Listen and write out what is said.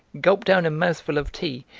gulped down a mouthful of tea,